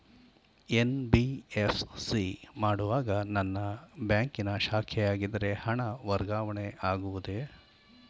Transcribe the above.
NBFC ಮಾಡುವಾಗ ನನ್ನ ಬ್ಯಾಂಕಿನ ಶಾಖೆಯಾಗಿದ್ದರೆ ಹಣ ವರ್ಗಾವಣೆ ಆಗುವುದೇ?